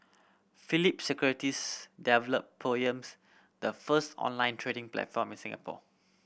Phillip Securities developed Poems the first online trading platform in Singapore